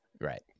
Right